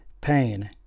pain